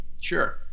Sure